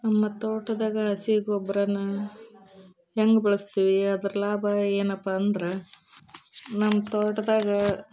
ನಮ್ಮ ತೋಟದಾಗ ಹಸಿ ಗೊಬ್ಬರನ ಹೆಂಗ್ ಬಳಸ್ತೀವಿ ಅದ್ರ ಲಾಭ ಏನಪ್ಪ ಅಂದ್ರೆ ನಮ್ಮ ತೋಟದಾಗ